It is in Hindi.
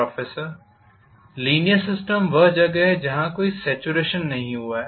प्रोफेसर लीनीयर सिस्टम वह जगह है जहाँ कोई सॅचुरेशन नहीं हुआ है